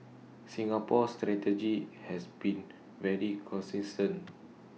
Singapore's strategy has been very consistent